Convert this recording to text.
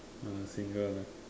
uh single lah